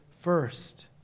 first